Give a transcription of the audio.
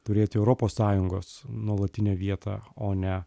turėti europos sąjungos nuolatinę vietą o ne